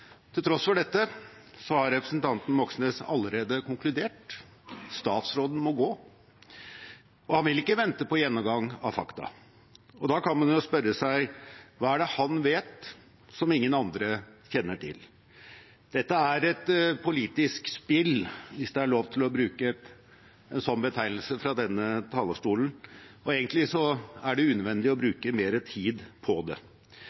Til tross for dette har representanten Moxnes allerede konkludert: Statsråden må gå. Han vil ikke vente på gjennomgang av fakta. Da kan man jo spørre seg: Hva er det han vet som ingen andre kjenner til? Dette er et politisk spill, hvis det er lov til å bruke en slik betegnelse fra denne talerstolen, og egentlig er det unødvendig å bruke mer tid på det.